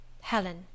Helen